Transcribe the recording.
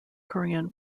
korean